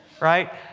right